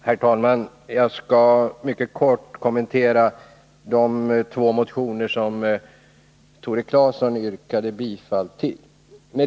Herr talman! Jag skall mycket kort kommentera de två motioner som Tore Claeson yrkade bifall till.